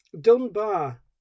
dunbar